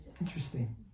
interesting